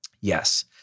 yes